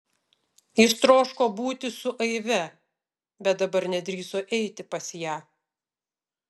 jis troško būti su aive bet dabar nedrįso eiti pas ją